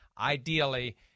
Ideally